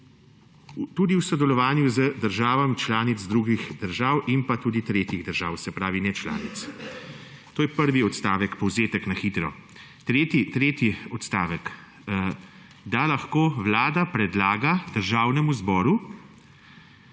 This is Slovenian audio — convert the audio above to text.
Tudi v sodelovanju z državami članic drugih držav in pa tudi tretjih držav, se pravi nečlanic. To je prvi odstavek, povzetek na hitro. Tretji odstavek, da lahko Vlada predlaga Državnemu zboru,